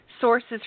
sources